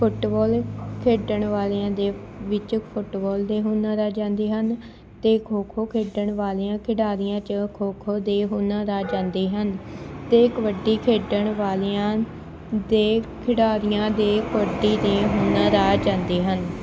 football ਖੇਡਣ ਵਾਲਿਆਂ ਦੇ ਵਿੱਚ ਫੁੱਟਬੋਲ ਦੇ ਹੁਨਰ ਆ ਜਾਂਦੇ ਹਨ ਅਤੇ ਖੋ ਖੋ ਖੇਡਣ ਵਾਲਿਆਂ ਖਿਡਾਰੀਆਂ 'ਚ ਖੋ ਖੋ ਦੇ ਹੁਨਰ ਆ ਜਾਂਦੇ ਹਨ ਅਤੇ ਕਬੱਡੀ ਖੇਡਣ ਵਾਲਿਆਂ ਦੇ ਖਿਡਾਰੀਆਂ ਦੇ ਕਬੱਡੀ ਦੇ ਹੁਨਰ ਆ ਜਾਂਦੇ ਹਨ